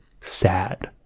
sad